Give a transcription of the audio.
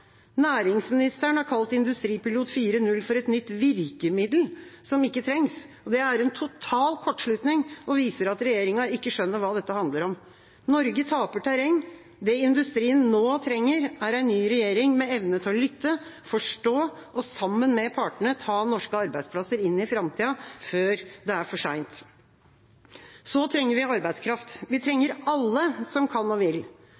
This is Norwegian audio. Næringsministeren har kalt industripilot 4.0 for et nytt virkemiddel, som ikke trengs. Det er en total kortslutning og viser at regjeringa ikke skjønner hva dette handler om. Norge taper terreng. Det industrien nå trenger, er en ny regjering med evne til å lytte, forstå og sammen med partene ta norske arbeidsplasser inn i framtida før det er for sent. Så trenger vi arbeidskraft. Vi trenger alle som kan og vil.